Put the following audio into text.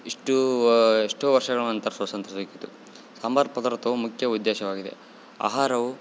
ಇಷ್ಟು ಇಷ್ಟು ವರ್ಷಗಳ ನಂತರ ಸ್ವಾತಂತ್ರ್ಯ ಸಿಕ್ಕಿತ್ತು ಸಾಂಬಾರು ಪದಾರ್ಥವು ಮುಖ್ಯ ಉದ್ದೇಶವಾಗಿದೆ ಆಹಾರವು